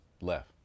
left